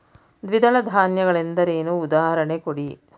ದ್ವಿದಳ ಧಾನ್ಯ ಗಳೆಂದರೇನು, ಉದಾಹರಣೆ ಕೊಡಿ?